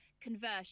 conversion